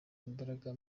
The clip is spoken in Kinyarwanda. imbaraga